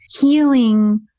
healing